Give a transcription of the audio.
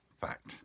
fact